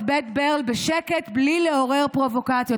בית ברל בשקט בלי לעורר פרובוקציות,